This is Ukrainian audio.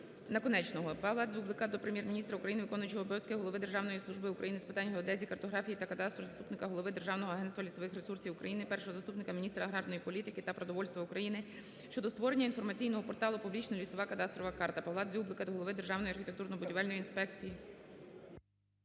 Наконечного. Павла Дзюблика до Прем'єр-міністра України, виконуючого обов'язки голови Державної служби України з питань геодезії, картографії та кадастру, заступника голови Державного агентства лісових ресурсів України, першого заступника міністра аграрної політики та продовольства України щодо створення інформаційного порталу "Публічна лісова кадастрова карта". Павла Дзюблика до голови Державної архітектурно-будівельної інспекції…